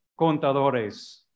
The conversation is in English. contadores